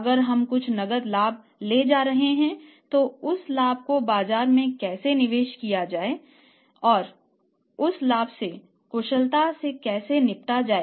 अगर हम कुछ नकद लाभ लेने जा रहे हैं तो उस लाभ को बाजार में कैसे निवेश किया जाए और उस लाभ से कुशलता से कैसे निपटा जाए